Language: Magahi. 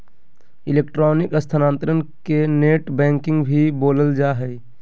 इलेक्ट्रॉनिक स्थानान्तरण के नेट बैंकिंग भी बोलल जा हइ